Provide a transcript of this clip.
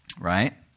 Right